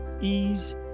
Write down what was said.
ease